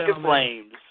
flames